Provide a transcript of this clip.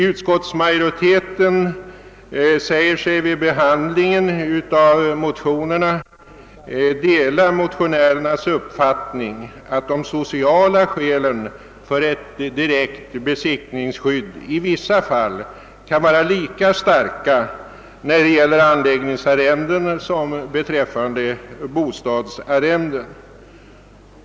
Utskottsmajoriteten säger: »Utskottet delar motionärernas uppfattning att de sociala skälen för ett direkt besittningsskydd i vissa fall kan vara lika starka när det gäller anläggningsarrende som beträffande bostadsarrende.